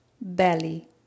belly